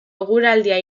eguraldia